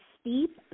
steep